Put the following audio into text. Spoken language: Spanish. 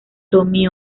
tommy